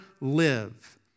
live